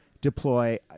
deploy